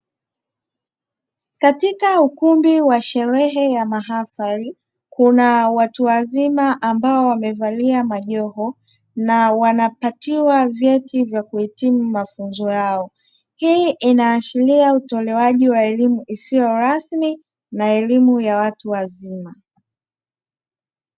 Katika ukumbi wa sherehe ya mahafali kuna watu wazima ambao wamevalia majoho na wanapatiwa vyeti vya kuhitimu mafunzo yao, hii inaashiria utolewaji wa elimu isiyo rasmi na elimu ya watu wazima.